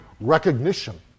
recognition